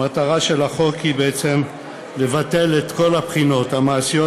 המטרה של החוק היא בעצם לבטל את כל הבחינות המעשיות